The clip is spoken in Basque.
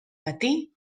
bati